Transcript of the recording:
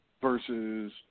versus